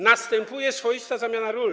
Następuje swoista zamiana ról.